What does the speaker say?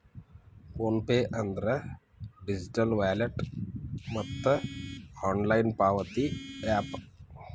phone pay ಅಂದ್ರ digital wallet ಮತ್ತ online ಪಾವತಿ ಯಾಪ್